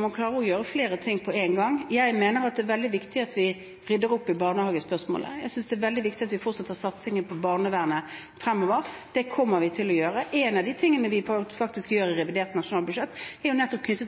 må klare å gjøre flere ting på en gang. Jeg mener det er veldig viktig at vi rydder opp i barnehagespørsmålet. Jeg synes det er veldig viktig at vi fortsetter satsingen på barnevernet fremover. Det kommer vi til å gjøre. En av de tingene vi faktisk gjør i revidert nasjonalbudsjett, er nettopp knyttet